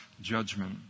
judgment